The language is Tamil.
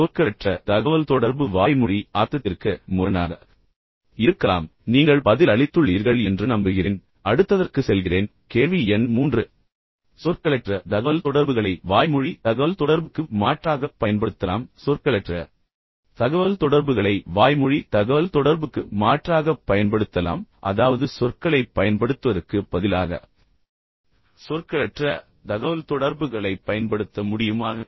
சொற்களற்ற தகவல்தொடர்பு வாய்மொழி அர்த்தத்திற்கு முரணாக இருக்கலாம் நீங்கள் பதில் அளித்துள்ளீர்கள் என்று நம்புகிறேன் அடுத்ததற்கு செல்கிறேன் கேள்வி எண் மூன்று சொற்களற்ற தகவல்தொடர்புகளை வாய்மொழி தகவல்தொடர்புக்கு மாற்றாகப் பயன்படுத்தலாம் சொற்களற்ற தகவல்தொடர்புகளை வாய்மொழி தகவல்தொடர்புக்கு மாற்றாகப் பயன்படுத்தலாம் அதாவது சொற்களைப் பயன்படுத்துவதற்குப் பதிலாக சொற்களற்ற தகவல்தொடர்புகளைப் பயன்படுத்த முடியுமா